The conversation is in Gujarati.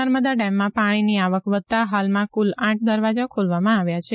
નર્મદા ડેમમાં પાણીની આવક વધતા હાલમાં કુલ આઠ દરવાજા ખોલવામાં આવ્યા છે